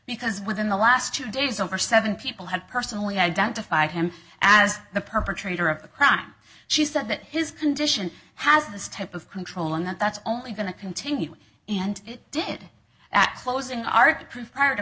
because within the last two days over seven people had personally identified him as the perpetrator of the crime she said that his condition has this type of control and that's only going to continue and it did at closing art prior to